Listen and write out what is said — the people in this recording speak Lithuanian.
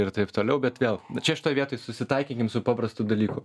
ir taip toliau bet vėl bet čia šitoj vietoj susitaikykim su paprastu dalyku